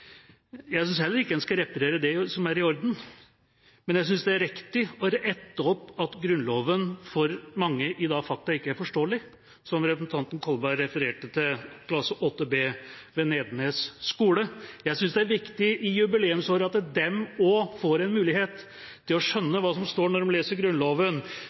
Jeg syns heller ikke at en skal reparere det som er i orden. Men jeg syns det er riktig å rette opp det at Grunnloven for mange i dag faktisk ikke er forståelig, som representanten Kolberg refererte til med eksemplet fra klasse 8 B ved Nedenes skole. Jeg syns det i jubileumsåret er viktig at de også får en mulighet til å skjønne hva som står når de leser